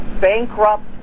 bankrupt